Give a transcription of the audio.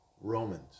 Romans